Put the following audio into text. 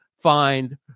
Find